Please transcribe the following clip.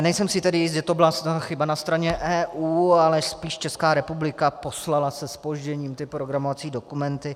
Nejsem si tedy jist, že to byla chyba na straně EU, ale spíše Česká republika poslala se zpožděním ty programovací dokumenty.